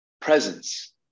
Presence